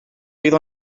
fydd